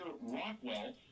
Rockwell